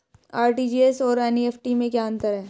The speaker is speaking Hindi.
आर.टी.जी.एस और एन.ई.एफ.टी में क्या अंतर है?